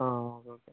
ആ okay okay